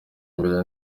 imbere